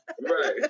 Right